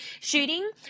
shooting